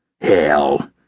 Hell